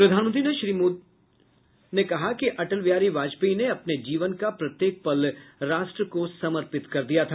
प्रधानमंत्री श्री मोदी ने कहा कि अटल बिहारी वाजपेयी ने अपने जीवन का प्रत्येक पल राष्ट्र को समर्पित कर दिया था